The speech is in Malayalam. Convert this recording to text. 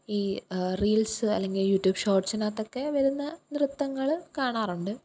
ഈ റീല്സ് അല്ലെങ്കിൽ യൂറ്റൂബ് ഷോട്ട്സിനകത്തൊക്കെ വരുന്ന നൃത്തങ്ങൾ കാണാറുണ്ട്